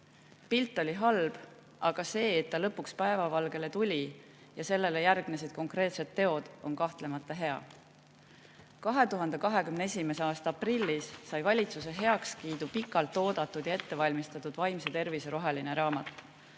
Pilt on olnud halb, aga see, et ta lõpuks päevavalgele tuli ja sellele järgnesid konkreetsed teod, on kahtlemata hea. 2021. aasta aprillis sai valitsuse heakskiidu pikalt oodatud ja ettevalmistatud vaimse tervise roheline raamat